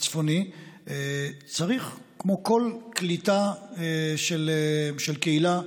הצפוני צריך, כמו כל קליטה של קהילה מסורתית,